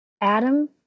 Adam